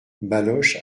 baloche